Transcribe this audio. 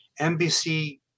NBC